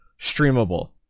streamable